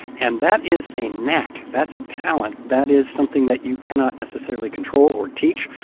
and that is a knack. that's a talent. that is something that you cannot necessarily control or teach.